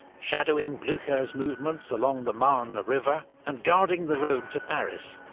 shadowing blucher's movements along the marne river, and guarding the road to paris.